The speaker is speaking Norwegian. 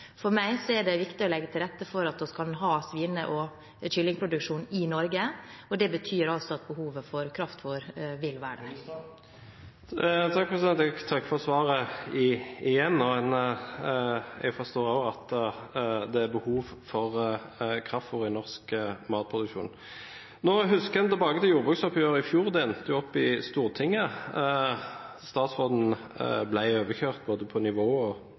For meg er det viktig å legge til rette for at vi kan ha svine- og kyllingproduksjon i Norge, og det betyr altså at behovet for kraftfôr vil være der. Jeg takker igjen for svaret. Jeg forstår også at det er behov for kraftfôr i norsk matproduksjon. Jeg husker tilbake til jordbruksoppgjøret i fjor, det endte jo opp i Stortinget, og statsråden ble overkjørt både når det gjaldt nivå, støtte og